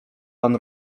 pan